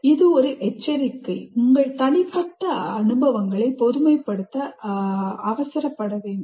இது ஒரு எச்சரிக்கை உங்கள் தனிப்பட்ட அனுபவங்களை பொதுமைப்படுத்த அவசரப்பட வேண்டாம்